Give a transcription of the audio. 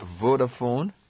Vodafone